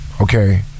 okay